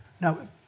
Now